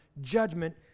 Judgment